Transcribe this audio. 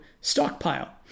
stockpile